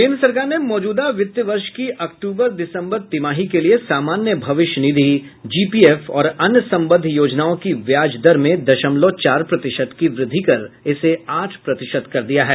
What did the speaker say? केंद्रीय सरकार ने मौजूदा वित्त वर्ष की अक्तूबर दिसंबर तिमाही के लिए सामान्य भविष्य निधि जीपीएफ और अन्य संबद्ध योजनाओं की ब्याज दर में दशमलव चार प्रतिशत की वृद्धि कर इसे आठ प्रतिशत कर दिया है